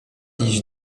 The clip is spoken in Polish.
iść